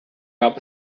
gab